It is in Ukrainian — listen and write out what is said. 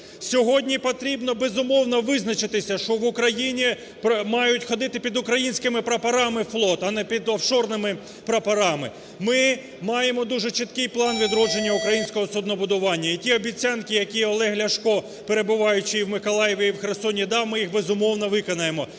Сьогодні потрібно, безумовно, визначитися, що в Україні мають ходити під українськими прапорами флот, а не під офшорними прапорами. Ми маємо дуже чіткий план відродження українського суднобудування. І ті обіцянки, які Олег Ляшко, перебуваючи в Миколаєві і в Херсоні дав, ми їх, безумовно, виконаємо.